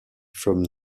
from